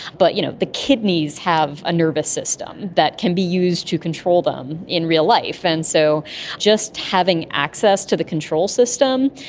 but you know the kidneys have a nervous system that can be used to control them in real life. and so just having access to the control system,